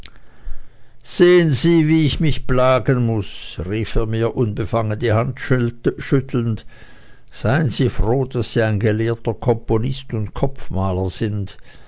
sehen sie wie ich mich plagen muß rief er mir unbefangen die hand schüttelnd seien sie froh daß sie ein gelehrter komponist und kopfmaler sind